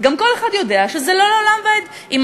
וגם כל אחד יודע שזה לא לעולם ועד: אם